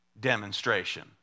demonstration